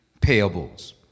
payables